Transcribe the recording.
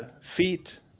feet